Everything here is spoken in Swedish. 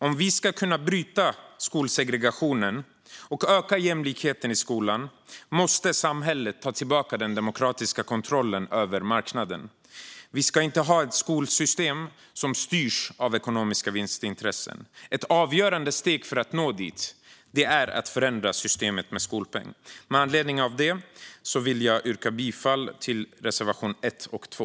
Om vi ska kunna bryta skolsegregationen och öka jämlikheten i skolan måste samhället ta tillbaka den demokratiska kontrollen över skolan från marknaden. Vi ska inte ha ett skolsystem som styrs av ekonomiska vinstintressen. Ett avgörande steg för att nå dit är att förändra systemet med skolpeng. Med anledning av detta yrkar jag bifall till reservationerna 1 och 2.